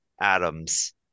atoms